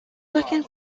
working